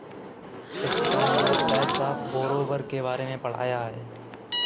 शिक्षिका ने आज टाइप्स ऑफ़ बोरोवर के बारे में पढ़ाया है